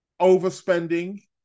overspending